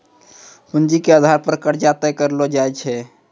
पूंजी के आधार पे कर्जा तय करलो जाय छै